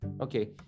Okay